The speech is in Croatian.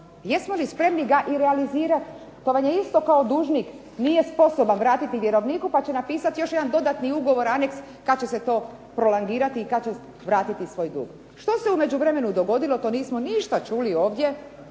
jesmo li spremni ga i realizirati? To vam je isto kao i dužnik, nije sposoban vratiti vjerovniku pa će napisati još jedan dodatni ugovor, aneks kada će se to prolongirati i kada će vratiti svoj dug. Što se u međuvremenu dogodilo? To nismo čuli ovdje